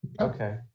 Okay